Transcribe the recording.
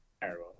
terrible